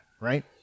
right